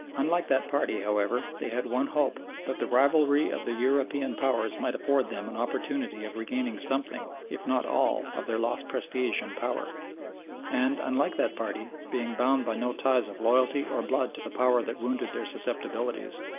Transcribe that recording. unlike that party, however, they had one hope that the rivalry of the european powers might afford them an opportunity of regaining something, if not all, of their lost prestige and power and, unlike that party, being bound by no ties of loyalty or blood to the power that wounded their susceptibilities,